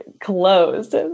closed